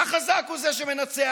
החזק הוא זה שמנצח,